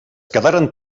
quedaren